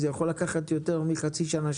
ההקמה עצמה יכולה לקחת יותר מחצי שנה,